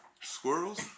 Squirrels